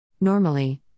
Normally